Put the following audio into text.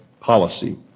policy